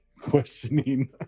questioning